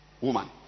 woman